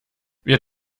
wir